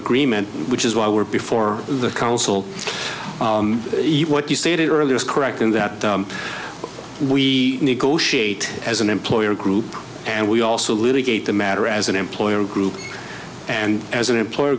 agreement which is why we're before the council eat what you stated earlier is correct in that we negotiate as an employer group and we also litigate the matter as an employer group and as an employer